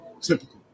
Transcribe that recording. typical